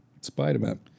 Spider-Man